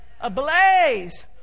Ablaze